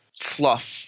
fluff